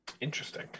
Interesting